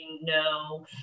no